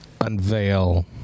unveil